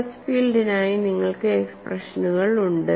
stress ഫീൽഡിനായി നിങ്ങൾക്ക് എക്സ്പ്രഷനുകൾ ഉണ്ട്